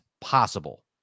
possible